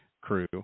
crew